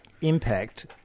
impact